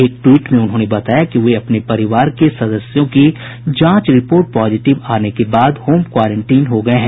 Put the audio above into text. एक ट्वीट में उन्होंने बताया कि वे अपने परिवार के सदस्यों की जांच रिपोर्ट पॉजिटिव आने के बाद होम क्वारेंटीन हो गये हैं